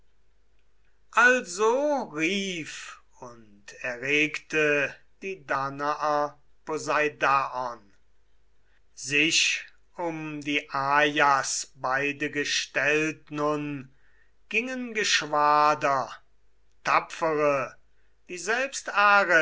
also rief und erregte die danaer poseidaon sich um die ajas beide gestellt nun gingen geschwader tapfere die selbst